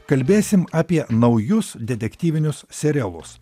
kalbėsim apie naujus detektyvinius serialus